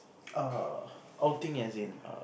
uh outing as in uh